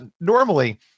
normally